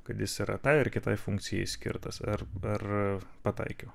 kad jis yra tai ar kitai funkcijai skirtas ar ar pataikiau